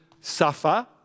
suffer